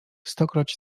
stokroć